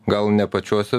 gal nepačiuose